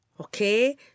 Okay